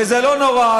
וזה לא נורא,